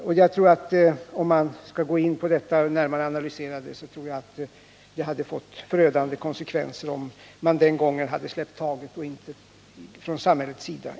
Om man närmare skulle analysera de här frågorna tror jag att man skulle finna att det hade fått förödande konsekvenser, om man den gången hade släppt taget och inte ingripit från samhällets sida.